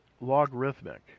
logarithmic